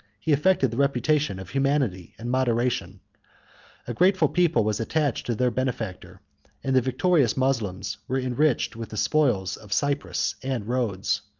he affected the reputation of humanity and moderation a grateful people was attached to their benefactor and the victorious moslems were enriched with the spoils of cyprus and rhodes.